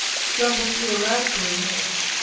scrambled through a raspberry hedge,